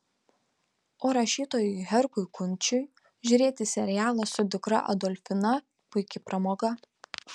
o rašytojui herkui kunčiui žiūrėti serialą su dukra adolfina puiki pramoga